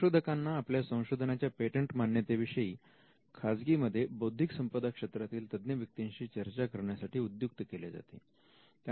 संशोधकांना आपल्या संशोधनाच्या पेटंट मान्यते विषयी खाजगीमध्ये बौद्धिक संपदा क्षेत्रातील तज्ञ व्यक्तींशी चर्चा करण्यासाठी उद्युक्त केले जाते